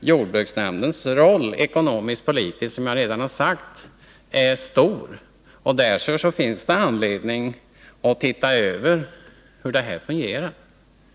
Jordbruksnämndens roll ekonomiskt-politiskt är stor, som jag redan har sagt. Därför finns det anledning att undersöka hur det här fungerar.